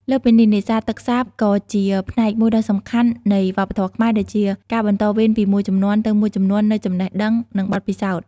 លើសពីនេះ នេសាទទឹកសាបក៏ជាផ្នែកមួយដ៏សំខាន់នៃវប្បធម៌ខ្មែរ ដែលជាការបន្តវេនពីមួយជំនាន់ទៅមួយជំនាន់នូវចំណេះដឹង និងបទពិសោធន៍។